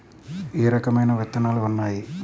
ఏ రకమైన విత్తనాలు ఉన్నాయి?